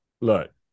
look